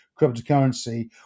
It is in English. cryptocurrency